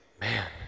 man